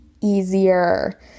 easier